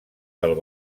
del